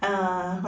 uh